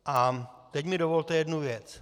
A teď mi dovolte jednu věc.